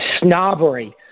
snobbery